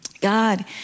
God